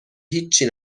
هیچی